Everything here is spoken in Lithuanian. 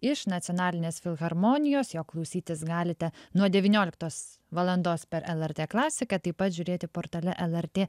iš nacionalinės filharmonijos jo klausytis galite nuo devynioliktos valandos per lrt klasiką taip pat žiūrėti portale lrt